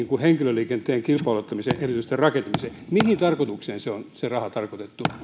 henkilöliikenteen kilpailuttamisen edellytysten rakentamiseen mihin tarkoitukseen se raha on tarkoitettu